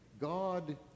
God